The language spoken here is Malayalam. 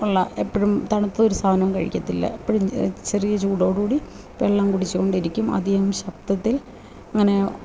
ഉള്ള എപ്പോഴും തണുത്ത ഒരു സാധനവും കഴിക്കത്തില്ല എപ്പോഴും ചെറിയ ചൂടോട് കൂടി വെള്ളം കുടിച്ചുകൊണ്ടിരിക്കും അധികം ശബ്ദത്തിൽ അങ്ങനെ